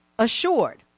assured